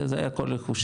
זה היה כל רכושי.